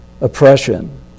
oppression